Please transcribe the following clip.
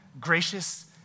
gracious